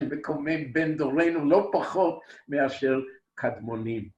מקומם בין דורינו, לא פחות מאשר קדמונים.